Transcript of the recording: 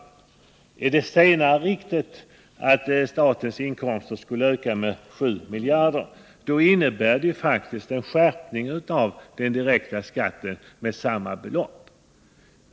Är det senare påståendet, att statens inkomster skulle öka med 7 miljarder, riktigt, innebär det faktiskt en skärpning av den direkta skatten med samma belopp.